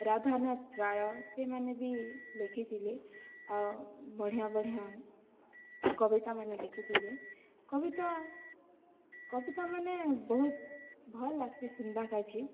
ରାଧାନାଥ୍ ରାୟ ସେମାନେ ବି ଲେଖିଥିଲେ ଆଉ ବଢ଼ିଁଆ ବଢ଼ିଁଆ କବିତାମାନେ ଲେଖିଥିଲେ କବିତା କବିତାମାନେ ବହୁତ୍ ଭଲ୍ ଲାଗ୍ସି ଶୁନ୍ବା କା'ଯେ